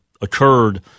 occurred